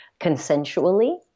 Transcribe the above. consensually